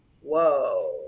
whoa